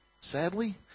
sadly